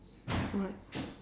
what